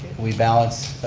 we balanced